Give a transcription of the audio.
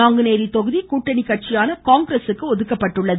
நாங்குநேரி தொகுதி கூட்டணி கட்சியான காங்கிரசுக்கு ஒதுக்கப்பட்டுள்ளது